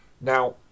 Now